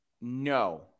no